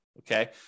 Okay